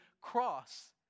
cross